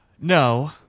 No